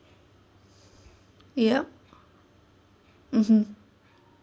yup mmhmm